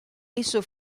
esso